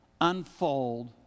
unfold